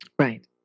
Right